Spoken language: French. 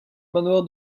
manoir